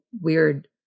weird